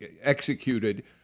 executed